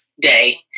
day